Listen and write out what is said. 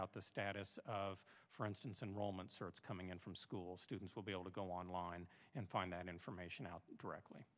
out the status of for instance and romancer it's coming in from school students will be able to go online and find that information out directly